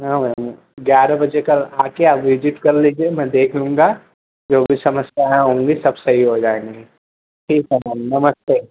हाँ मैम ग्यारह बजे कल आके आप विजिट कर लीजिए मैं देख लूँगा जो भी समस्याएँ होंगी सब सही हो जाएँगी ठीक है मैम नमस्ते